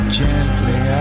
gently